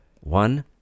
one